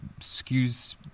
skews